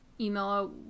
email